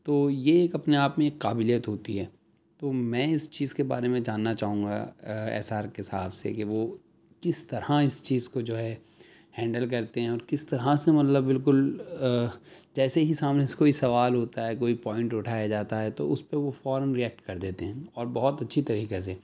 تو یہ ایک اپنے آپ میں ایک قابلیت ہوتی ہے تو میں اس چیز کے بارے میں جاننا چاہوں گا ایس آر کے صاحب سے کہ وہ كس طرح اس چیز کو جو ہے ہینڈل کرتے ہیں اور کس طرح سے مطلب بالکل جیسے ہی سامنے سے کوئی سوال ہوتا ہے کوئی پوائنٹ اٹھایا جاتا ہے تو اس پہ وہ فوراً ریایكٹ كر دیتے ہیں اور بہت اچھی طریقہ سے